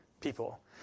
people